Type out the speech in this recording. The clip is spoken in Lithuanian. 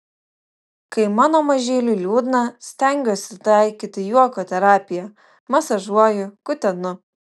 kai mano mažyliui liūdna stengiuosi taikyti juoko terapiją masažuoju kutenu